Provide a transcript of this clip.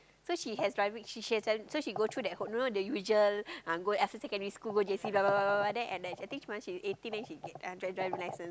so she has driving she she has driving so she go through that whole you know the usual uh go after secondary school go J_C blah blah blah blah blah then I I think once she eighteen she get get uh driving license